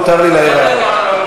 מותר לי להעיר הערות.